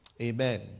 Amen